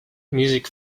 music